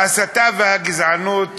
ההסתה והגזענות